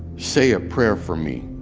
say a prayer for me,